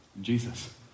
Jesus